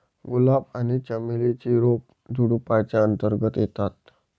गुलाब आणि चमेली ची रोप झुडुपाच्या अंतर्गत येतात